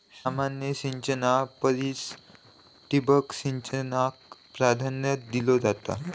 सामान्य सिंचना परिस ठिबक सिंचनाक प्राधान्य दिलो जाता